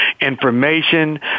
information